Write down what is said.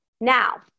Now